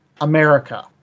America